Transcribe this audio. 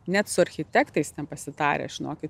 net su architektais net nepasitarę žinokit